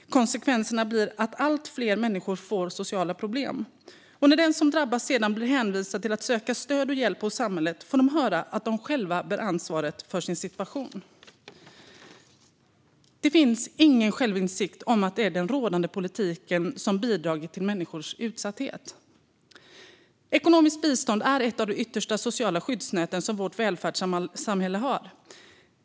Konsekvenserna blir att allt fler människor får sociala problem. När de som drabbas sedan blir hänvisade till att söka stöd och hjälp hos samhället får de höra att de själva bär ansvaret för sin situation. Det finns ingen självinsikt om att det är den rådande politiken som bidragit till människors utsatthet. Ekonomiskt bistånd är ett av de yttersta sociala skyddsnäten i vårt välfärdssamhälle.